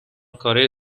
کارای